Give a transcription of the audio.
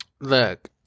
Look